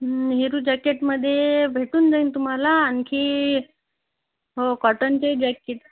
नेहरू जॅकेटमध्ये भेटून जाईल तुम्हाला आणखी हो कॉटनचेही जॅकेट